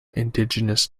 indigenous